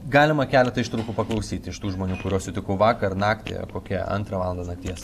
galima keletą ištraukų paklausyti iš tų žmonių kuriuos sutikau vakar naktį kokią antrą valandą nakties